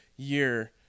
year